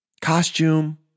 costume